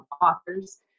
authors